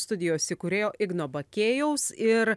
studijos įkūrėjo igno bakėjaus ir